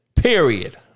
Period